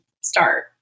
start